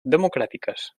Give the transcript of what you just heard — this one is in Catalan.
democràtiques